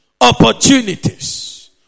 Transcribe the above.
opportunities